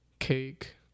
Cake